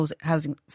housing